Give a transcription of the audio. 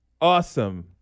awesome